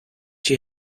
she